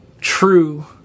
True